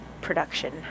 production